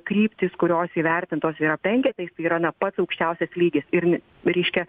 kryptys kurios įvertintos yra penketais tai yra na pats aukščiausias lygis ir reiškia